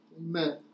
Amen